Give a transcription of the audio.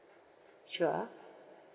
sure